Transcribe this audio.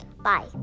Bye